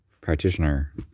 practitioner